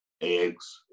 eggs